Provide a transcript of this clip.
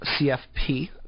CFP